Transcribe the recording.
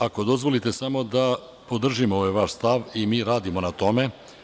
Ako dozvolite, samo da podržim ovaj vaš stav i mi radimo na tome.